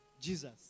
Jesus